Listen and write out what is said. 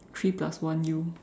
three plus one you